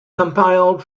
compiled